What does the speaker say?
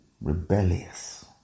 rebellious